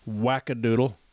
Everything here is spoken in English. wackadoodle